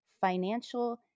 financial